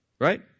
Right